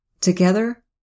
Together